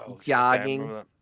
jogging